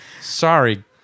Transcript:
sorry